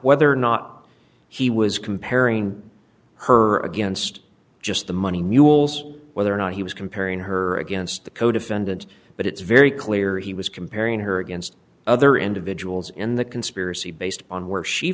whether or not he was comparing her against just the money mules whether or not he was comparing her against the codefendant but it's very clear he was comparing her against other individuals in the conspiracy based on where she